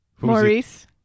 Maurice